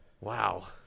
Wow